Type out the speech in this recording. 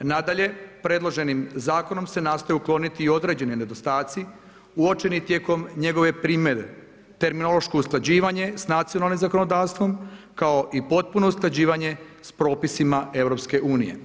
Nadalje, predloženim zakonom se nastoji ukloniti i određeni nedostaci uočeni tijekom njegove primjere, terminološke usklađivanje s nacionalnim zakonodavstvom, kao i potpuno usklađivanje s propisima EU.